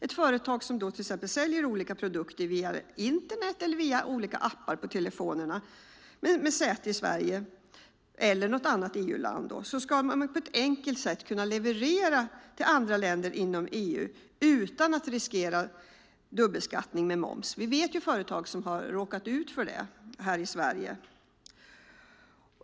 Ett företag med säte i Sverige eller i något annat EU-land som säljer produkter via Internet eller appar i telefonerna ska enkelt kunna leverera till andra länder inom EU utan att riskera dubbelbeskattning med moms. Vi känner till företag som har råkat ut för det i Sverige.